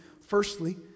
Firstly